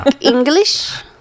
English